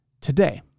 today